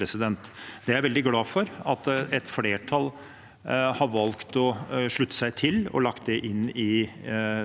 er jeg veldig glad for at et flertall har valgt å slutte seg til og lagt inn